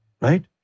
Right